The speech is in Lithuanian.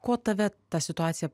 ko tave ta situacija